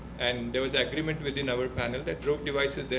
and there was agreement within our panel that rogue devices,